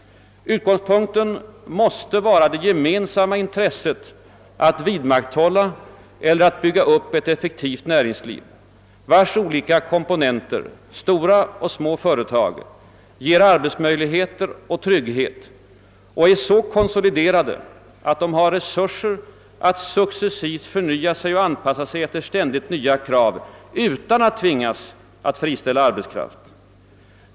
Utgångspunkten måste vara det gemensamma intresset att vidmakthålla eller att bygga upp ett effektivt näringsliv, vars olika komponenter — stora och små företag — ger arbetsmöjligheter och trygghet och är så konsoliderade att de har resurser att successivt förnya sig och anpassa sig efter ständigt nya krav utan att tvingas friställa arbetskraft.